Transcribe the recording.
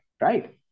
right